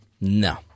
No